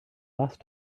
last